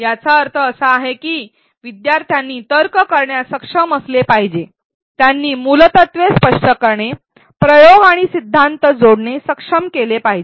याचा अर्थ असा आहे की शिकणाऱ्यांनी तर्क करण्यास सक्षम असले पाहिजे त्यांनी मुलतत्वे स्पष्ट करणे प्रयोग आणि सिद्धांत जोडणे सक्षम केले पाहिजे